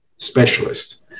specialist